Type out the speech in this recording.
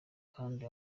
kandi